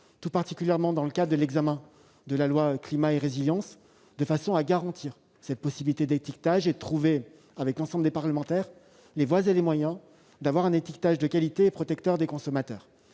tout particulièrement dans le cadre de l'examen du projet de loi Climat et résilience, de façon à garantir cette possibilité d'étiquetage, et de trouver, avec l'ensemble des parlementaires, les voies et les moyens permettant d'avoir un étiquetage de qualité, qui soit protecteur des consommateurs.